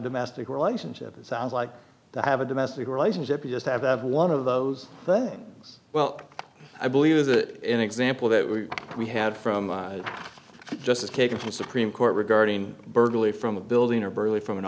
domestic relationship it sounds like to have a domestic relationship you just have to have one of those things well i believe that an example that we we had from justice kagan supreme court regarding burglary from a building or burly from an